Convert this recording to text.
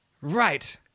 Right